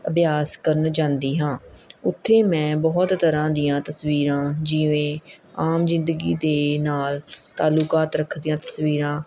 ਅਭਿਆਸ ਕਰਨ ਜਾਂਦੀ ਹਾਂ ਉੱਥੇ ਮੈਂ ਬਹੁਤ ਤਰ੍ਹਾਂ ਦੀਆਂ ਤਸਵੀਰਾਂ ਜਿਵੇਂ ਆਮ ਜ਼ਿੰਦਗੀ ਦੇ ਨਾਲ਼ ਤਾਲੂਕਾਤ ਰੱਖਦੀਆਂ ਤਸਵੀਰਾਂ